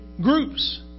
groups